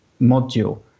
module